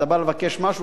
אתה בא לבקש משהו,